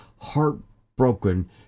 heartbroken